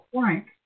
Frank